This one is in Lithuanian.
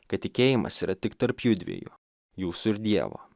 kad tikėjimas yra tik tarp jųdviejų jūsų ir dievo